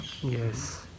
Yes